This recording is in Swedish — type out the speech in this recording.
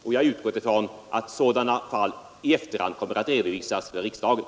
Vi har utgått ifrån att sådana fall i efterhand kommer att redovisas för riksdagen.